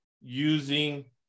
using